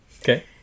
Okay